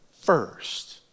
first